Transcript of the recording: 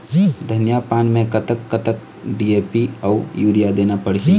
धनिया पान मे कतक कतक डी.ए.पी अऊ यूरिया देना पड़ही?